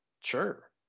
sure